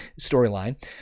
storyline